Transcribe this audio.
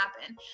happen